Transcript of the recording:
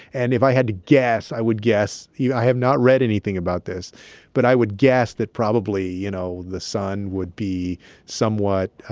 and if i had to guess, i would guess i have not read anything about this but i would guess that probably, you know, the son would be somewhat